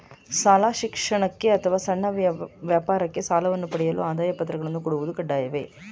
ಶಾಲಾ ಶಿಕ್ಷಣಕ್ಕೆ ಅಥವಾ ಸಣ್ಣ ವ್ಯಾಪಾರಕ್ಕೆ ಸಾಲವನ್ನು ಪಡೆಯಲು ಆದಾಯ ಪತ್ರಗಳನ್ನು ಕೊಡುವುದು ಕಡ್ಡಾಯವೇ?